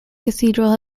cathedral